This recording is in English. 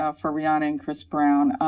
ah for rihanna and chris brown.